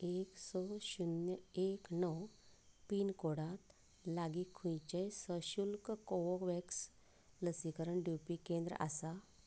दोन एक स शुन्य एक णव पिनकोडांत लागीं खंयचेंय सशुल्क कोवोव्हॅक्स लसीकरण दिवपी केंद्र आसा